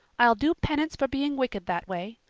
i'd do penance for being wicked that way.